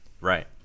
Right